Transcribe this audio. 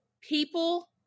people